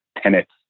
tenets